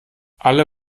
alle